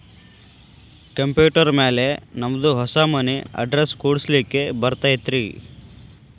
Computer ಮ್ಯಾಲೆ ನಮ್ದು ಹೊಸಾ ಮನಿ ಅಡ್ರೆಸ್ ಕುಡ್ಸ್ಲಿಕ್ಕೆ ಬರತೈತ್ರಿ?